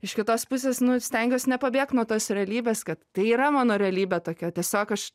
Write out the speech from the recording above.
iš kitos pusės stengiuos nepabėgt nuo tos realybės kad tai yra mano realybė tokia tiesiog aš